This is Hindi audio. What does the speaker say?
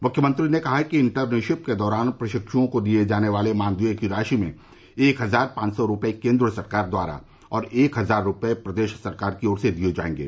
मुख्यमंत्री ने कहा कि इंटर्नशिप के दौरान प्रशिक्षुओं को दिए जाने वाले मानदेय की राशि में एक हजार पांच सौ रुपये केंद्र सरकार द्वारा और एक हजार रुपये प्रदेश सरकार की ओर से दिए जाएंगे